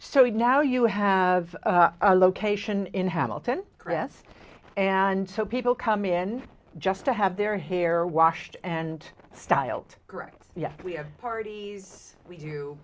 so now you have a location in hamilton chris and so people come in just to have their hair washed and styled correct yes we have parties